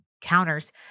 counters